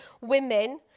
Women